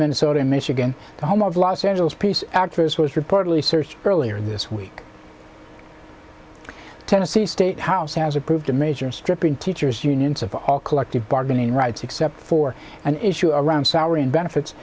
minnesota michigan the home of los angeles police actress was reportedly searched earlier this week tennessee state house has approved a major stripping teachers unions of all collective bargaining rights except for an issue around salary and benefits